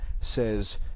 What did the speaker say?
says